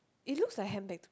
it looks like handbag